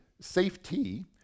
safety